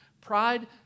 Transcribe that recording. Pride